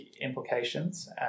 implications